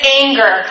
anger